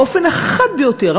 באופן החד ביותר,